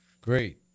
Great